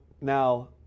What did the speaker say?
Now